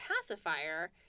pacifier